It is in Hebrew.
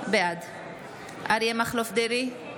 בעד אריה מכלוף דרעי,